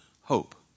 hope